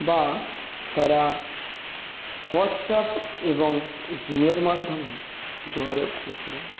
বা তারা হোয়াটসঅ্যাপ এবং জুমের মাধ্যমে যোগাযোগ করেছিল